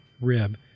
rib